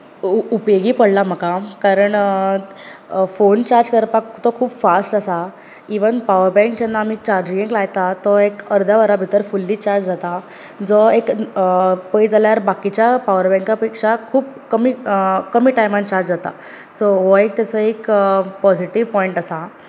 उपेगी पडला म्हाका कारण फोन चार्ज करपाक तो खूब फास्ट आसा इवन पावर बँक जेन्ना आमी चार्जिंगेक लायता तो एक अर्द्या वरा भितर फुली चार्ज जाता जो एक पळयत जाल्यार बाकीच्या पावर बँका पेक्षा खूब कमी कमी टायमान चार्ज जाता सो हो एक ताजो एक पॉजिटीव पॉयंट आसा